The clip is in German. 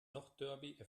nordderby